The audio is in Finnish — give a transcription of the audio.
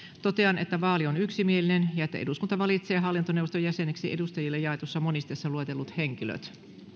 totean että vaali on yksimielinen ja että eduskunta valitsee hallintoneuvoston jäseniksi edustajille jaetussa monisteessa luetellut henkilöt